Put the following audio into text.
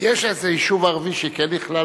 יש איזה יישוב ערבי שכן נכלל